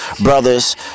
brothers